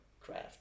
craft